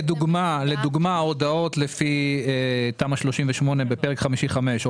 לדוגמה: הודעות לפי תמ"א 38 בפרק 5(5),